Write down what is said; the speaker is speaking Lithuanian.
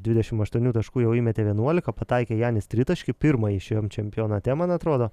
dvidešim aštuonių taškų jau įmetė vienuolika pataikė janis tritaškį pirmąjį šiam čempionate man atrodo